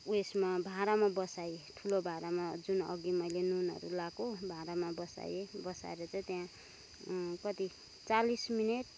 उयेसमा भाँडामा बसाएँ ठुलो भाँडामा जुन अघि मैले नुनहरू लाएको भाँडामा बसाएँ बसाएर चाहिँ त्यहाँ कति चालिस मिनट